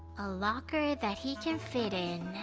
a locker that he can fit in.